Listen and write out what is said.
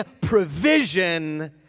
provision